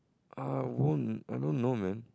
uh won't I don't know man